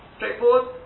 Straightforward